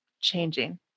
changing